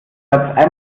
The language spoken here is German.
satz